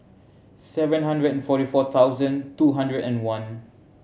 seven hundred and forty four thousand two hundred and one